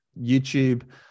YouTube